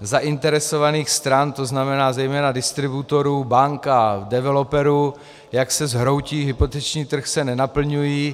zainteresovaných stran, to znamená zejména distributorů, bank a developerů , jak se zhroutí hypoteční trh, se nenaplňují.